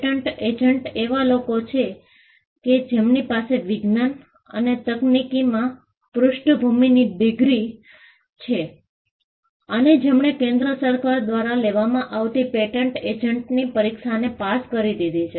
patent agent એવા લોકો છે કે જેમની પાસે વિજ્ઞાન અને તકનીકીમાં પૃષ્ઠભૂમિની ડિગ્રી છે અને જેમણે કેન્દ્ર સરકાર દ્વારા લેવામાં આવતી પેટન્ટ એજન્ટની પરીક્ષાને પાસ કરી દીધી છે